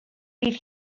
bydd